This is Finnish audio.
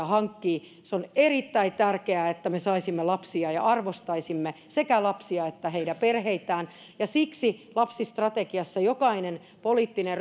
hankkii se on erittäin tärkeää että me saisimme lapsia ja arvostaisimme sekä lapsia että heidän perheitään ja siksi lapsistrategiassa jokainen poliittinen